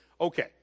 Okay